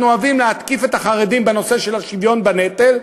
אנחנו אוהבים להתקיף את החרדים בנושא של השוויון בנטל,